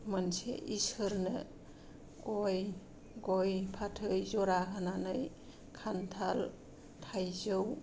मोनसे इसोरनो गय गय फाथै जरा होनानै खान्थाल थाइजौ